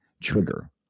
trigger